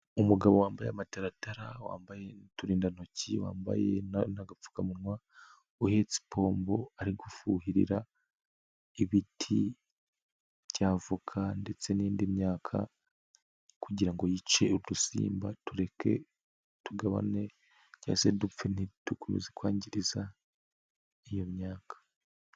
Umugabo wambaye amataratara, wambaye uturindantoki, wambaye n'agapfukamunwa, uhetse pombo ari gufuhirira ibiti bya avoka ndetse n'indi myaka kugira ngo yice udusimba tureke tugabane twose dupfe ntidukomeze kwangiriza iyo myaka.